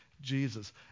Jesus